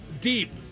deep